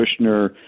Kushner